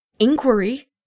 Inquiry